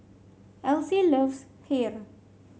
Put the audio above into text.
Else loves Kheer